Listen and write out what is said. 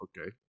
okay